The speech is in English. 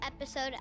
episode